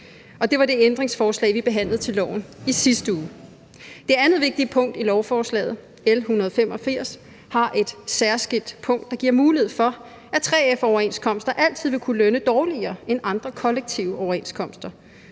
det var det ændringsforslag, som vi behandlede til loven i sidste uge. Det andet vigtige punkt i lovforslaget L 185 er et særskilt punkt, der giver mulighed for, at 3F-overenskomster altid vil kunne lønne dårligere end andre kollektive overenskomster.